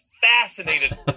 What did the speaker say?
fascinated